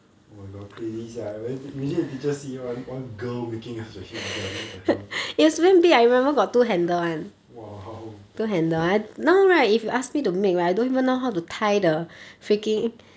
oh my god crazy sia imag~ imagine the teacher see one one girl making such a huge gun what the hell !wow!